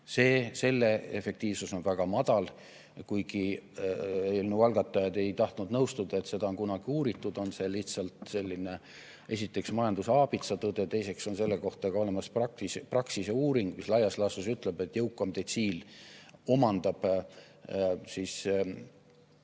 Selle efektiivsus on väga madal. Kuigi eelnõu algatajad ei tahtnud nõustuda, et seda on kunagi uuritud, on see lihtsalt esiteks, majanduse aabitsatõde, ja teiseks on selle kohta olemas Praxise uuring, mis laias laastus ütleb, et jõukam detsiil omandab